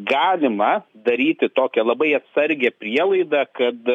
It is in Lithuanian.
galima daryti tokią labai atsargią prielaidą kad